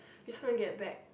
you just wanna get back